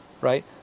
Right